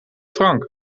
frank